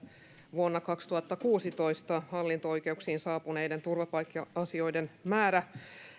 vuonna kaksituhattakuusitoista hallinto oikeuksiin saapuneiden turvapaikka asioiden määrä